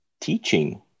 teaching